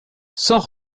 sans